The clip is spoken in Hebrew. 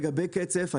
לגבי קצף,